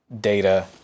data